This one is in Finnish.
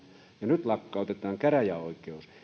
ja nyt lakkautetaan käräjäoikeus